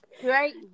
great